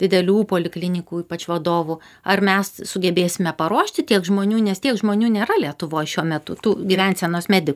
didelių poliklinikų ypač vadovų ar mes sugebėsime paruošti tiek žmonių nes tiek žmonių nėra lietuvoj šiuo metu tų gyvensenos medi